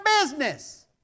business